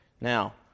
Now